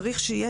צריך שיהיה,